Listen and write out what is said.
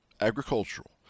agricultural